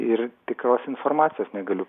ir tikros informacijos negaliu